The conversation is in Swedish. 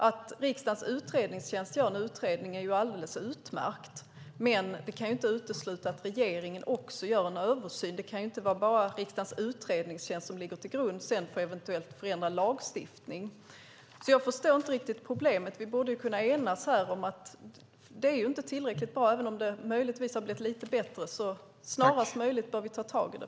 Att riksdagens utredningstjänst gör en utredning är alldeles utmärkt, men det kan inte utesluta att regeringen också gör en översyn. Det kan inte bara vara riksdagens utredningstjänsts utredning som sedan ligger till grund för en eventuellt förändrad lagstiftning. Jag förstår inte riktigt problemet. Vi borde kunna enas här om att det inte är tillräckligt bra, även om det möjligtvis har blivit lite bättre. Snarast möjligt bör vi ta tag i det.